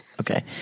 Okay